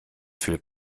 viel